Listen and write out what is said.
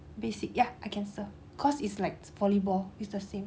basic ya I can serve cause it's like volleyball it's the same